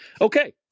Okay